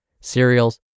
cereals